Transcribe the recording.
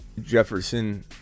Jefferson